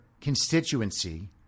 constituency